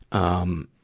um,